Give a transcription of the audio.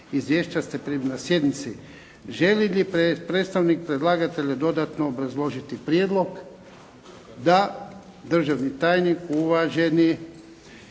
Izvješća ste primili na sjednici. Želi li predstavnik predlagatelja dodatno obrazložiti prijedlog? Da. Državni tajnik uvaženi,